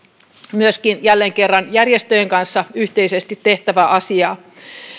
myöskin jälleen kerran järjestöjen kanssa yhteisesti tehtävä asia